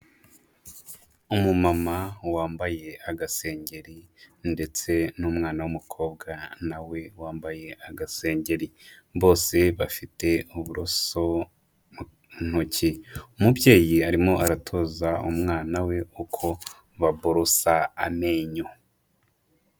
Umumama wambaye agaseri ndetse n'umwana w'umukobwa na we wambaye agasengeri, bose bafite uburoso ntoki, umubyeyi arimo aratoza umwana we uko baborosa amenyo.